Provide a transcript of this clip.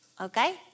Okay